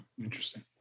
interesting